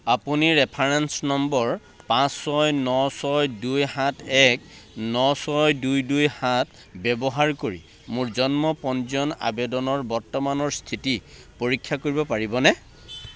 আপুনি reference number পাঁচ ছয় ন ছয় দুই সাত এক ন ছয় দুই দুই সাত ব্যৱহাৰ কৰি মোৰ জন্ম পঞ্জীয়ন আবেদনৰ বৰ্তমানৰ স্থিতি পৰীক্ষা কৰিব পাৰিবনে